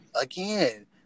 again